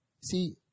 See